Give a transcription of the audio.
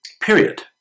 period